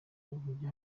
bujye